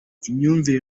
imyumvire